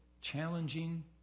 challenging